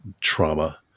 trauma